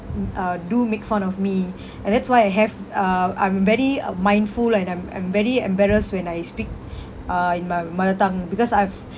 uh do make fun of me and that's why I have uh I'm uh very uh mindful and I'm I'm very embarrassed when I speak uh in my mother tongue because I've